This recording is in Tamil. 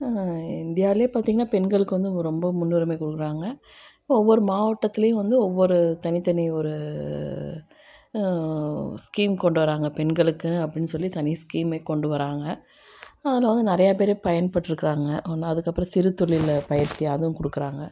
இந்தியாலேயே பார்த்தீங்கன்னா பெண்களுக்கு வந்து ரொம்ப முன்னுரிமை கொடுக்குறாங்க ஒவ்வொரு மாவட்டத்துலேயும் வந்து ஒவ்வொரு தனி தனி ஒரு ஸ்கீம் கொண்டு வராங்க பெண்களுக்குனு அப்படின் சொல்லி தனி ஸ்கீமே கொண்டு வர்றாங்க அதில் வந்து நிறையா பேர் பயன் பெற்றுக்கிறாங்க ஒன்று அதுக்கப்புறம் சிறு தொழிலில் பயிற்சி அதுவும் கொடுக்குறாங்க